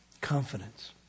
confidence